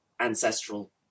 ancestral